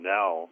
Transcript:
now